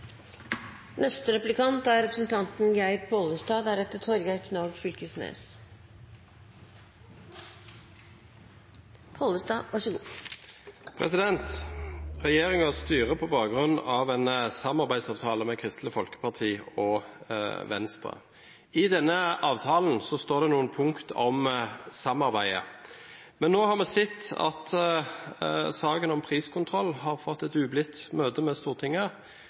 styrer på bakgrunn av en samarbeidsavtale med Kristelig Folkeparti og Venstre. I denne avtalen står det noen punkt om samarbeidet, men nå har vi sett at saken om priskontroll har fått et ublidt møte med Stortinget.